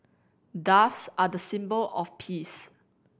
doves are the symbol of peace